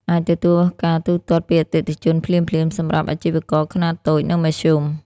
អាចទទួលការទូទាត់ពីអតិថិជន ភ្លាមៗ សម្រាប់អាជីវករខ្នាតតូច និងមធ្យម។